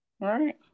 Right